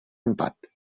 empat